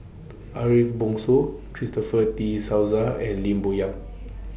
Ariff Bongso Christopher De Souza and Lim Bo Yam